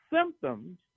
symptoms